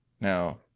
Now